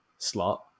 slot